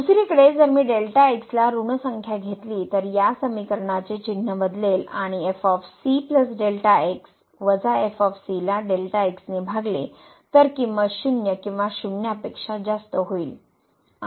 दुसरीकडे जर मी डेल्टा एक्स Δx ला ऋण संख्या घेतली तर या समीकरणाचे चिन्ह बदलेल आणि Δx ने भागले तर किंमत शून्य किंवा शून्यापेक्षा जास्त होईल